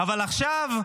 אבל עכשיו,